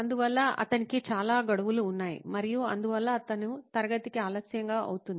అందువల్ల అతనికి చాలా గడువులు ఉన్నాయి మరియు అందువల్ల అతను తరగతికి ఆలస్యం అవుతుంది